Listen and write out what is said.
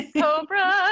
cobra